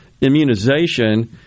immunization